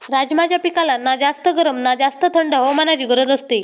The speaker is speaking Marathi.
राजमाच्या पिकाला ना जास्त गरम ना जास्त थंड हवामानाची गरज असते